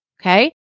okay